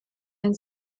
and